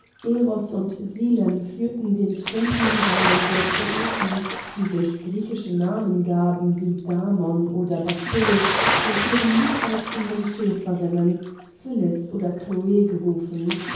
eros und silen führten den trunkenen reihen der poeten die sich griechische namen gaben wie damon oder bathyll und ihrer liebreizenden schäferinnen phyllis oder chloe gerufen